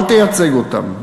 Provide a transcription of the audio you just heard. אל תייצג אותם.